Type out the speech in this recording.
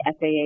FAA